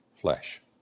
flesh